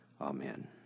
Amen